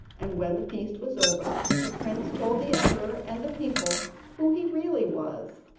and when the feast was over, the prince told the emperor and the people who he really was,